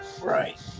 Right